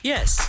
Yes